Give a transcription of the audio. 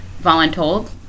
voluntold